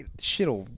shit'll